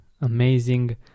amazing